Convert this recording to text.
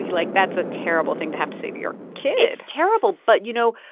like, that's a terrible thing to have to say to your kid it's terrible. but, you know,